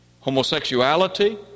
homosexuality